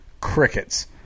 Crickets